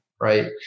right